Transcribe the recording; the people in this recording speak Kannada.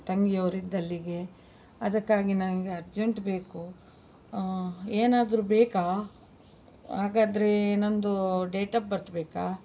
ತಂಗಿಯವ್ರು ಇದ್ದಲ್ಲಿಗೆ ಅದಕ್ಕಾಗಿ ನನಗೆ ಅರ್ಜೆಂಟ್ ಬೇಕು ಏನಾದ್ರೂ ಬೇಕಾ ಹಾಗಾದ್ರೇ ನಂದು ಡೇಟ್ ಆಪ್ ಬರ್ತ್ ಬೇಕಾ